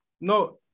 no